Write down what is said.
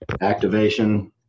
activation